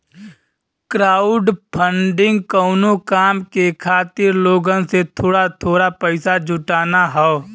crowdfunding कउनो काम के खातिर लोगन से थोड़ा थोड़ा पइसा जुटाना हौ